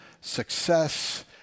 success